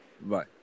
Bye